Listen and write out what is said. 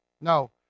No